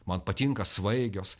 man patinka svaigios